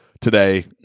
today